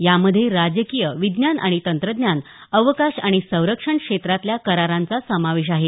यामधे राजकीय विज्ञान आणि तंत्रज्ञान अवकाश आणि संरक्षण क्षेत्रातल्या करारांच समावेश आहे